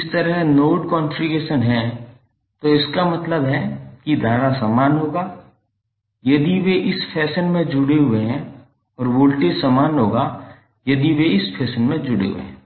इस तरह node configuration है तो इसका मतलब है कि धारा समान होगा यदि वे इस फैशन में जुड़े हुए हैं और वोल्टेज समान होगा यदि वे इस फैशन में जुड़े हुए हैं